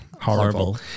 Horrible